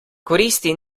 koristi